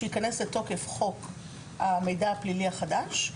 כשייכנס לתוקפו חוק המידע הפלילי החדש,